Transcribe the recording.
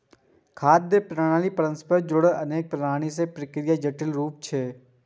खाद्य प्रणाली परस्पर जुड़ल अनेक प्रणाली आ प्रक्रियाक जटिल रूप छियै